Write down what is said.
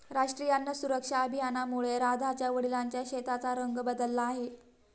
राष्ट्रीय अन्न सुरक्षा अभियानामुळे राधाच्या वडिलांच्या शेताचा रंग बदलला आहे